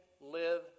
live